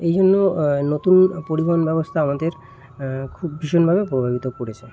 এই জন্য নতুন পরিবহন ব্যবস্থা আমাদের খুব ভীষণভাবে প্রভাবিত করেছে